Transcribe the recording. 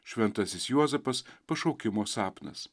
šventasis juozapas pašaukimo sapnas